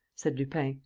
said lupin,